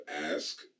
ask